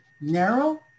Narrow